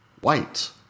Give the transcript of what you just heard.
white